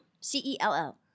C-E-L-L